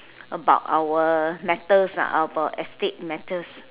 about our matters are about our estate matters